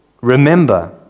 Remember